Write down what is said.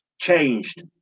changed